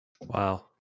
Wow